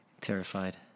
Terrified